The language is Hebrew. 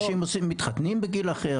אנשים מתחתנים בגיל אחר,